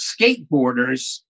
skateboarders